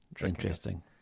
interesting